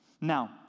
Now